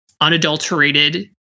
unadulterated